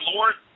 Lord